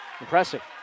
Impressive